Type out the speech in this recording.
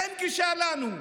אין גישה לנו,